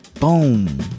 Boom